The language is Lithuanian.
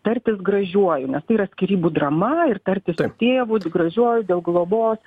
tartis gražiuoju nes tai yra skyrybų drama ir tartis su tėvu gražiuoju dėl globos